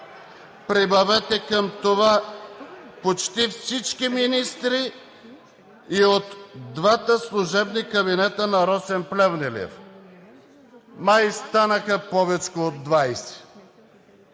Прибавете към това почти всички министри и от двата служебни кабинета на Росен Плевнелиев – май станаха повечко от